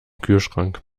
kühlschrank